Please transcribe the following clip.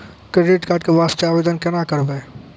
Credit card के वास्ते आवेदन केना करबै?